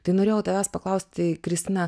tai norėjau tavęs paklausti kristina